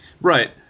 Right